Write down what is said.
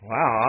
Wow